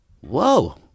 whoa